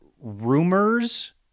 rumors